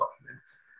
documents